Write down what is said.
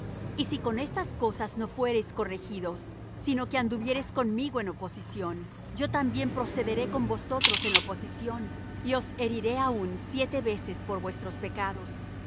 y si con estas cosas no fuereis corregidos sino que anduviereis conmigo en oposición yo también procederé con vosotros en oposición y os heriré aún siete veces por vuestros pecados